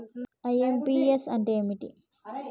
IMPS అంటే ఏంటిది?